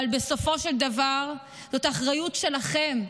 אבל בסופו של דבר זאת אחריות שלכם.